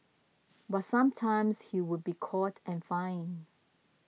but sometimes he would be caught and fined